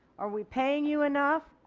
are we paying you enough?